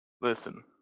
Listen